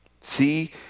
See